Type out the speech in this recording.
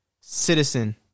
citizen